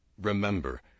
Remember